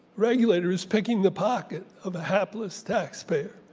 regulator is picking the pocket of a helpless taxpayer.